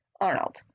Arnold